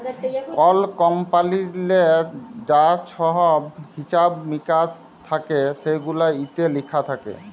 call কমপালিললে যা ছহব হিছাব মিকাস থ্যাকে সেগুলান ইত্যে লিখা থ্যাকে